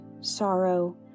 sorrow